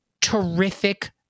terrific